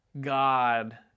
God